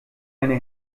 eine